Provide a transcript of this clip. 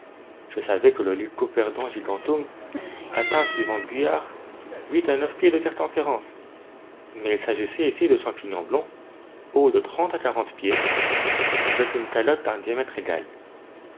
je savais que le lycoperdon giganteum atteint suivant bulliard huit à neuf pieds de circonférence mais il s'agissait ici de champignons blancs hauts de trente à quarante pieds avec une calotte d'un diamètre égal